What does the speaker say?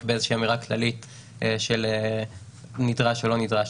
באיזו אמירה כללית האם נדרש או לא נדרש,